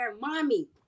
mommy